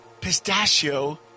pistachio